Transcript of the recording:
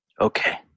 Okay